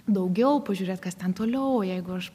daugiau pažiūrėt kas ten toliau jeigu aš